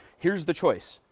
here's the choice,